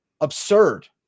absurd